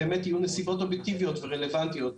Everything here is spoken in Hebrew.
שבאמת הן יהיו נסיבות אובייקטיביות ורלוונטיות,